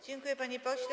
Dziękuję, panie pośle.